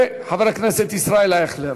וחבר הכנסת ישראל אייכלר.